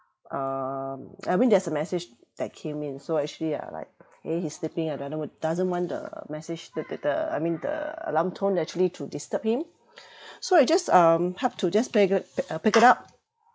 um I mean there's a message that came in so actually I like eh he's sleeping I doesn't doesn't want the message the the the I mean the alarm tone actually to disturb him so I just um help to just pick uh pick it up